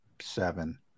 seven